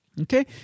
Okay